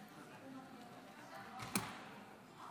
כבוד יושב-ראש הכנסת,